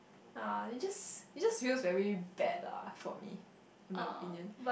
ya it just it just feels very bad lah for me in my opinion